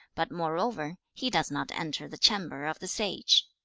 but moreover, he does not enter the chamber of the sage